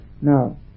Now